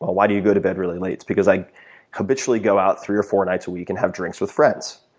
ah why do you go to bed really late? it's because i habitually go out three or four nights a week and have drinks with friends.